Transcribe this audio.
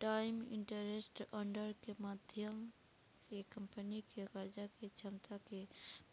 times interest earned के माध्यम से कंपनी के कर्जा के क्षमता के